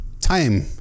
time